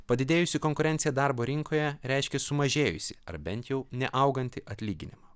padidėjusi konkurencija darbo rinkoje reiškia sumažėjusį ar bent jau neaugantį atlyginimą